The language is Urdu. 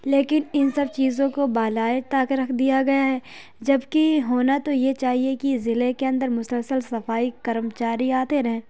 لیکن ان سب چیزوں کو بالائے طاق رکھ دیا گیا ہے جبکہ ہونا تو یہ چاہیے کہ ضلع کے اندر مسلسل صفائی کرم چاری آتے رہیں